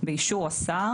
באישור השר,